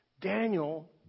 Daniel